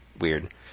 weird